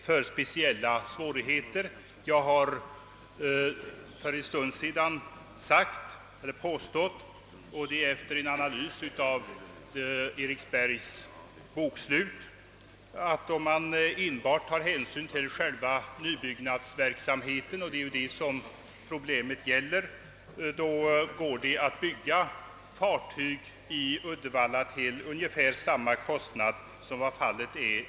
För en stund sedan påstod jag att det går att bygga fartyg i Uddevalla till ungefär samma kostnad som vad fallet är vid Eriksberg. Men detta förutsätter att man enbart tar hänsyn till själva nybyggnadsverksamheten, vilket också är vad problemet gäller.